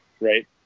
right